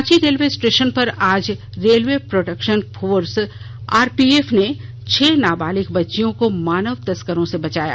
Ranchi railway station पर आज railway protection force RPF ने छह नाबालिग बच्चियों को मानव तस्करों से बचाया